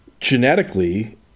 genetically